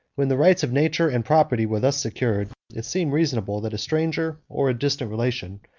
when the rights of nature and poverty were thus secured, it seemed reasonable, that a stranger, or a distant relation,